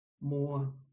more